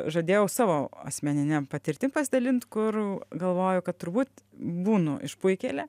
žadėjau savo asmenine patirtim pasidalint kur galvoju kad turbūt būnu išpuikėle